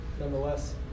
nonetheless